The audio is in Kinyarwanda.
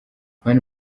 mani